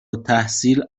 التحصیل